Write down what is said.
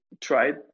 tried